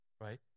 Right